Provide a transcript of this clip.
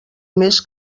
més